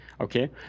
Okay